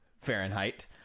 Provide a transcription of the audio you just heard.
Fahrenheit